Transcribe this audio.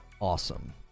Awesome